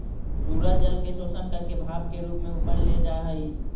सूरज जल के शोषण करके भाप के रूप में ऊपर ले जा हई